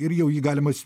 ir jau jį galima